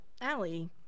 Allie